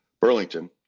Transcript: Burlington